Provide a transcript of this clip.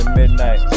midnight